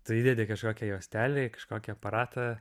tu įdedi kažkokią juostelę į kažkokį aparatą